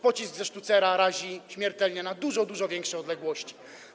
Pocisk ze sztucera razi śmiertelnie na dużo, dużo większe odległości.